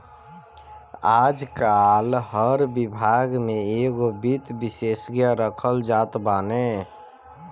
आजकाल हर विभाग में एगो वित्त विशेषज्ञ रखल जात बाने